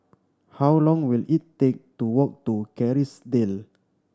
how long will it take to walk to Kerrisdale